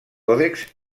còdex